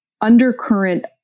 undercurrent